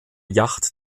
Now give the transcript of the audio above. yacht